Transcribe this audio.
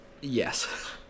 Yes